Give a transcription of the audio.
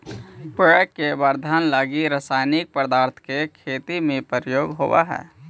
पेड़ के वर्धन लगी रसायनिक पदार्थ के खेती में प्रयोग होवऽ हई